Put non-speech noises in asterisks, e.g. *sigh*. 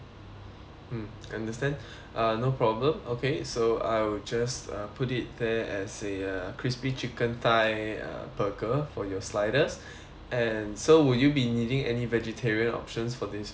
mm understand *breath* uh no problem okay so I will just uh put it there as a a crispy chicken thigh uh burger for your sliders and so will you be needing any vegetarian options for this burger